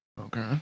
Okay